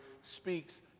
speaks